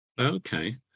Okay